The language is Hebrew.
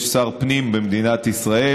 יש שר פנים במדינת ישראל,